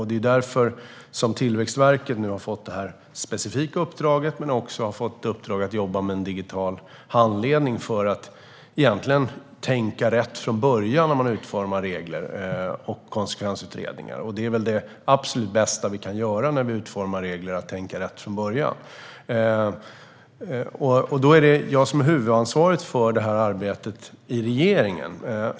Det är därför Tillväxtverket nu har fått det här specifika uppdraget men också har fått i uppdrag att jobba med en digital handledning för att man ska tänka rätt från början när man utformar regler och konsekvensutredningar. Att tänka rätt från början är väl det absolut bästa vi kan göra när vi utformar regler. Det är jag som har huvudansvaret för det här arbetet i regeringen.